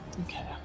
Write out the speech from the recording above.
Okay